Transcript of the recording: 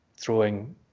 throwing